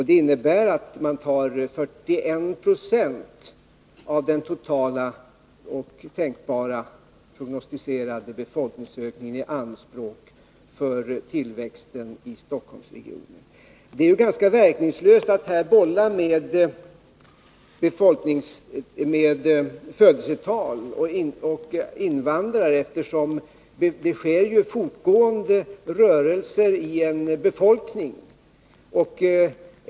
Det innebär att man tar 41 20 av den totala tänkbara prognostiserade befolkningsökningen i anspråk för tillväxten i Stockholmsregionen. Det är ganska meningslöst att här bolla med födelsetal och invandrare, eftersom det fortgående sker rörelser i en befolkning.